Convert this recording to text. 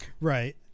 Right